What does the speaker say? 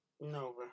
No